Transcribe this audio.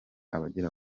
abagera